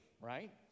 right